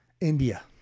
India